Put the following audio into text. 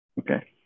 Okay